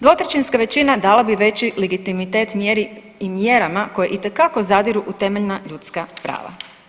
Dvotrećinska većina dala bi veći legitimitet mjeri i mjerama koje itekako zadiru u temeljna ljudska prava.